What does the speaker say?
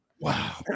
Wow